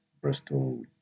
Bristol